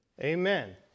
Amen